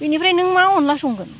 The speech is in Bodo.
बेनिफ्राय नों मा अनला संगोन